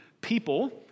people